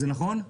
זה נכון?